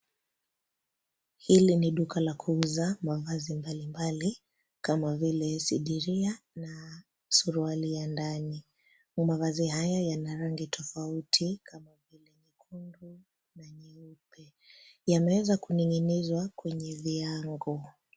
Hili ni duka la kuuza mavazi mbalimbali kama vile sidiria, suruali ya ndani. Mavazi haya yana rangi tofauti kama vile nyekundu na nyeupe. Yameweza kuning'nizwa kwenye viango.